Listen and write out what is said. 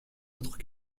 autres